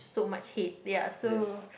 so much hate ya so